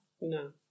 No